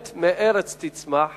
"אמת מארץ תצמח